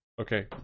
Okay